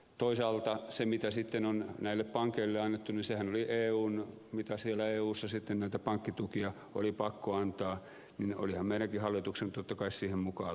toisaalta se mitä sitten on näille pankeille annettu sehän oli mitä siellä eussa sitten näitä pankkitukia oli pakko antaa ja olihan meidänkin hallituksemme totta kai siihen mukaan lähdettävä